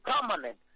permanent